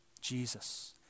Jesus